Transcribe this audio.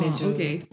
okay